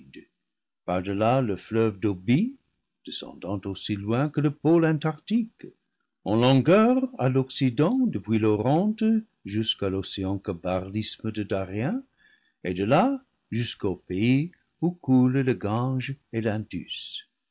par-delà le fleuve d'oby descendant aussi loin que le pôle antarctique en longueur à l'occident depuis l'oronte jusqu'à l'océan que barre l'isthme de darien et de là jusqu'au pays où coulent le gange et l'indus